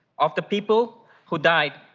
of the people who died,